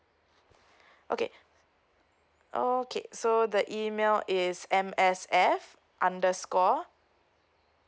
okay okay so the email is M_S_F underscore